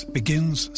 begins